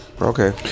okay